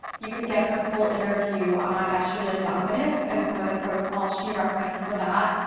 you can get her full interview on estrogen dominance and some of the protocols she recommends for that.